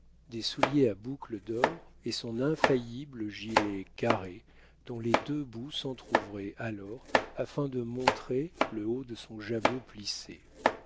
des souliers à boucles d'or et son infaillible gilet carré dont les deux bouts s'entrouvraient alors afin de montrer le haut de son jabot plissé